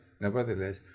nevertheless